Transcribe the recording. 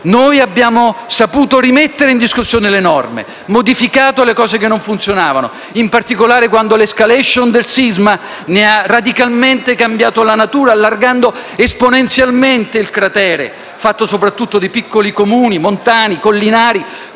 noi abbiamo saputo rimettere in discussione le norme e modificato le cose che non funzionavano, in particolare quando l'*escalation* del sisma ne ha radicalmente cambiato la natura, allargando esponenzialmente il cratere, fatto soprattutto di piccoli Comuni montani e collinari,